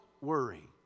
worry